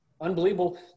unbelievable